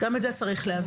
גם את זה צריך להבין.